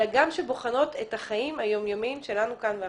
אלא גם תוכניות שבוחנות את החיים היום-יומיים שלנו כאן ועכשיו?